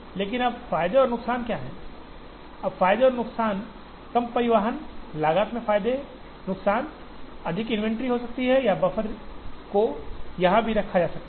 लेकिन अब फायदे और नुकसान क्या हैं अब फायदे और नुकसान कम परिवहन लागत में फायदे नुकसान अधिक इन्वेंट्री हो सकती है या बफर को यहां भी रखा जा सकता है